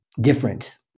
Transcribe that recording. different